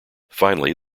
finally